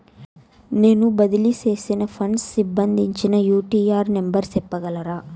నేను బదిలీ సేసిన ఫండ్స్ సంబంధించిన యూ.టీ.ఆర్ నెంబర్ సెప్పగలరా